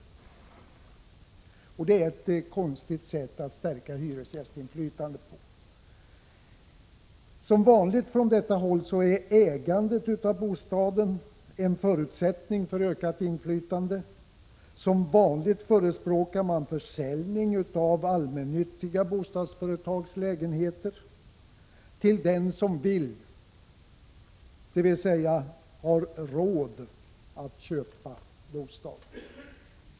Det är ett konstigt sätt att stärka hyresgästinflytandet! Som vanligt ser man från detta håll ägandet av bostaden som en förutsättning för ökat inflytande. Som vanligt förespråkar man försäljning av de allmännyttiga bostadsföretagens lägenheter till den som vill — dvs. har råd att— köpa bostaden.